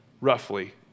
roughly